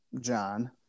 John